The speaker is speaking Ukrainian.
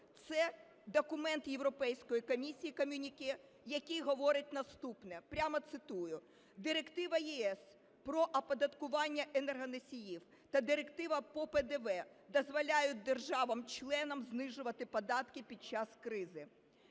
Це документ Європейської комісії, комюніке, який говорить наступне, прямо цитую: "Директива ЄС про оподаткування енергоносіїв та Директива по ПДВ дозволяють державам-членам знижувати податки під час кризи".